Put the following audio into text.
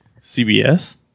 CBS